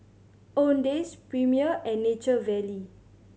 Owndays Premier and Nature Valley